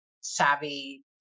savvy